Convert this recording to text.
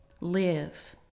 Live